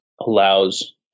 allows